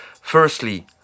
Firstly